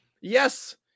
yes